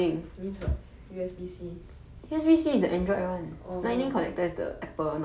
means what U_S_B_C